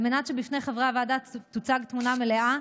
על מנת שבפני חברי הוועדה תוצג תמונה מלאה,